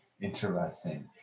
Interesting